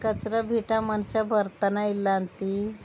ಕಚ್ರ ಬೀಟ ಮನ್ಷ ಬರ್ತಾನೇ ಇಲ್ಲಂತ